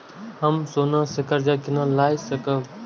हम सोना से कर्जा केना लाय सकब?